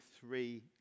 three